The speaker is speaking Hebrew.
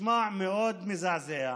נשמע מאוד מזעזע,